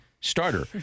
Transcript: starter